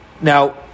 Now